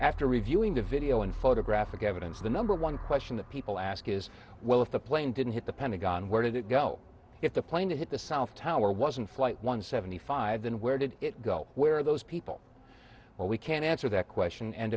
after reviewing the video and photographic evidence the number one question that people ask is well if the plane didn't hit the pentagon where did it go if the plane that hit the south tower was in flight one seventy five then where did it go where those people are we can't answer that question and